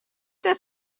net